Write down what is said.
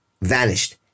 vanished